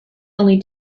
only